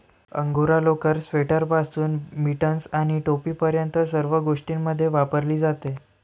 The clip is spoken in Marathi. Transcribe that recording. अंगोरा लोकर, स्वेटरपासून मिटन्स आणि टोपीपर्यंत सर्व गोष्टींमध्ये वापरली जाते